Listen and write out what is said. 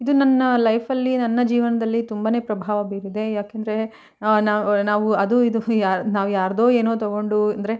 ಇದು ನನ್ನ ಲೈಫಲ್ಲಿ ನನ್ನ ಜೀವನದಲ್ಲಿ ತುಂಬನೇ ಪ್ರಭಾವ ಬೀರಿದೆ ಯಾಕೆ ಅಂದರೆ ನಾನು ನಾವು ಅದು ಇದು ಯಾ ನಾವು ಯಾರದ್ದೋ ಏನೋ ತಗೊಂಡು ಅಂದರೆ